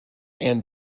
and